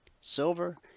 Silver